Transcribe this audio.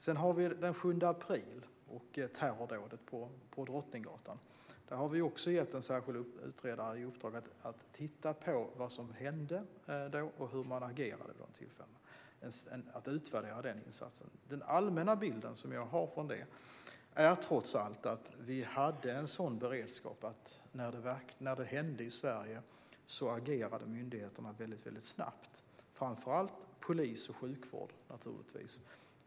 Vi har också terrordådet på Drottninggatan den 7 april. I fråga om det har vi också gett en särskild utredare i uppdrag att titta på vad som hände och utvärdera insatsen, hur man agerade. Den allmänna bilden jag har är trots allt att vi hade en sådan beredskap att när det hände i Sverige agerade myndigheterna väldigt snabbt, framför allt polis och sjukvård.